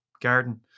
garden